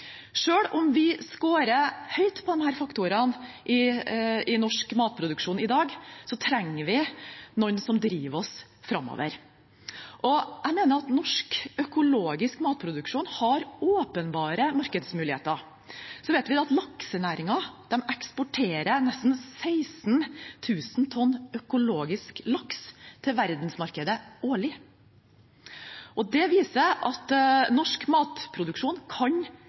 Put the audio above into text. om vi scorer høyt på disse faktorene i norsk matproduksjon i dag, trenger vi noen som driver oss framover. Og jeg mener at norsk økologisk matproduksjon har åpenbare markedsmuligheter. Vi vet at laksenæringen eksporterer nesten 16 000 tonn økologisk laks til verdensmarkedet årlig. Det viser at norsk matproduksjon kan